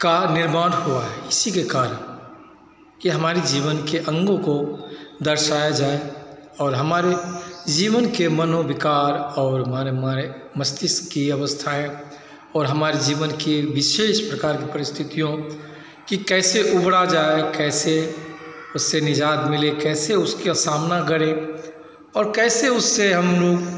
का निर्माण हुआ है इसके कारण की हमारे जीवन के अंगों को दर्शाया जाए और हमारे जीवन के मनोविकार और मारे मारे मस्तिष्क की अवस्थाएं और हमारे जीन की विशेष प्रकार की परिस्थितियों की कैसे उबरा जाए कैसे उससे निजात मिले कैसे उसका सामना करें और कैसे उससे हम लोग